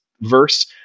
verse